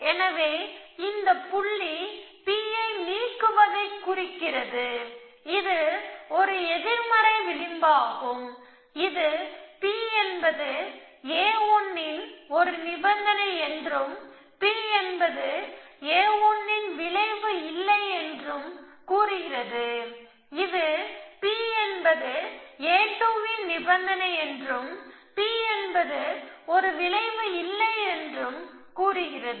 எனவே இந்த புள்ளி P ஐ நீக்குவதைக் குறிக்கிறது இது ஒரு எதிர்மறை விளிம்பாகும் இது P என்பது a1 ன் ஒரு நிபந்தனை என்றும் P என்பது a1 இன் விளைவு இல்லை என்றும் கூறுகிறது இது P என்பது a2 ன் நிபந்தனை என்றும் P என்பது ஒரு விளைவு இல்லை என்றும் கூறுகிறது